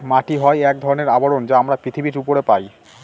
মাটি হয় এক ধরনের আবরণ যা আমরা পৃথিবীর উপরে পায়